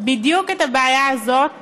בדיוק את הבעיה הזאת